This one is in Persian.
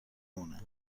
مونه